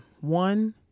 One